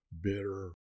bitter